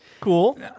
cool